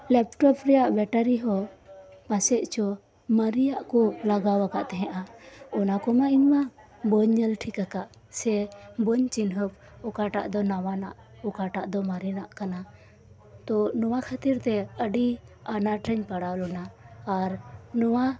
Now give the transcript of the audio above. laptop ᱨᱮᱭᱟᱜ ᱵᱮᱴᱟᱨᱤᱦᱚᱸ ᱯᱟᱥᱮᱡᱪᱚ ᱢᱟᱨᱤᱭᱟᱜ ᱠᱩ ᱞᱟᱜᱟᱣ ᱟᱠᱟᱫ ᱛᱟᱦᱮᱸᱜᱼᱟ ᱚᱱᱟ ᱠᱚᱢᱟ ᱤᱧᱢᱟ ᱵᱟᱹᱧ ᱧᱮᱞᱴᱷᱤᱠ ᱟᱠᱟᱫᱟ ᱥᱮ ᱵᱟᱹᱧ ᱪᱤᱱᱦᱟᱹᱵ ᱚᱠᱟᱴᱟᱜ ᱫᱚ ᱱᱟᱣᱟᱱᱟᱜ ᱚᱠᱟᱴᱟᱜ ᱫᱚ ᱢᱟᱨᱤᱱᱟᱜ ᱠᱟᱱᱟ ᱛᱚ ᱱᱚᱣᱟ ᱠᱷᱟᱹᱛᱤᱨ ᱛᱮ ᱟᱹᱰᱤ ᱟᱱᱟᱴ ᱨᱮᱧ ᱯᱟᱲᱟᱣᱞᱮᱱᱟ ᱟᱨ ᱱᱚᱣᱟ